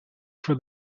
for